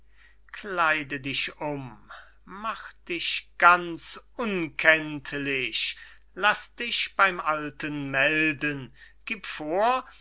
kleide dich um mach dich ganz unkenntlich laß dich beym alten melden gib vor